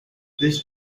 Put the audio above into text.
this